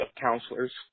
counselors